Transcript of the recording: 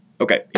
Okay